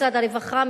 משרד הרווחה,